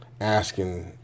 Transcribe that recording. asking